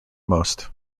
most